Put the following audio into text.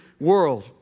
world